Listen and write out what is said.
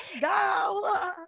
go